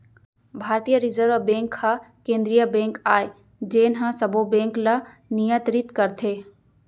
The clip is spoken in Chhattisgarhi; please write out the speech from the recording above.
भारतीय रिजर्व बेंक ह केंद्रीय बेंक आय जेन ह सबो बेंक ल नियतरित करथे